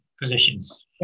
positions